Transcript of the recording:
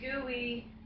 gooey